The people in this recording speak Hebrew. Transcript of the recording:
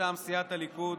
מטעם סיעת הליכוד